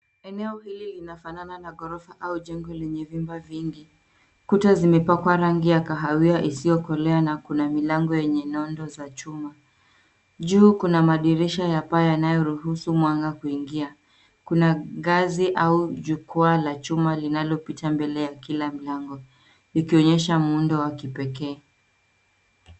Eneo hili linafanana na gorofa au jengo lenye vyumba vingi. Kuta zimepakwa rangi ya kahawia isio kolea na kuna milango yenye nodi za chuma. Juu kuna madirisha ya paa yanayo ruhusu mwanga kuingia. Kuna ngazi au jukwa la chuma linalopita mbele ya kila mlango, likionyesha muundo wa kipekee.